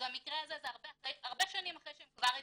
אז במקרה הזה זה הרבה שנים אחרי שהם כבר התגרשו.